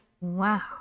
wow